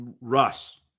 Russ